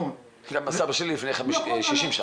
גם הסבא שלי עלה לפני 60 שנה.